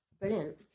Brilliant